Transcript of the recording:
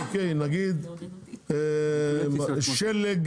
נגיד שלג